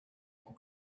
more